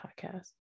podcast